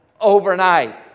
overnight